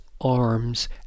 arms